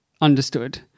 understood